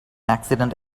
accident